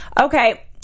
Okay